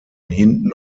hinten